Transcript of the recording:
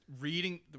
reading –